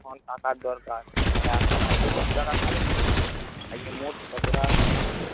এখন টাকার দরকার তাহলে এখন আজকে কত টাকা কালেকশন হয়েছে আজকে মোট কত টাকা কালেকশন হয়েছে